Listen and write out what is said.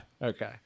Okay